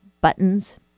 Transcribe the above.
buttons